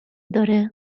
داره